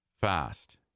fast